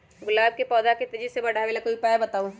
गुलाब के पौधा के तेजी से बढ़ावे ला कोई उपाये बताउ?